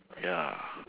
ya